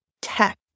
tech